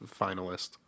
finalist